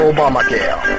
Obamacare